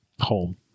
home